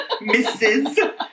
Mrs